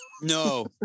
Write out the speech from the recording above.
No